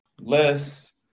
less